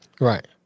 right